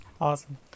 awesome